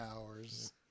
hours